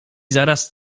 zaraz